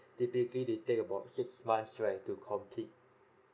typically they take about six months right to complete